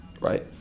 right